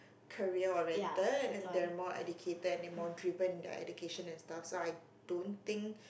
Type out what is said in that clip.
career oriented and they are more educated and then more driven in their education and stuff so I don't think